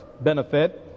benefit